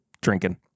drinking